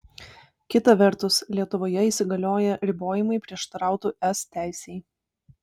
kita vertus lietuvoje įsigalioję ribojimai prieštarautų es teisei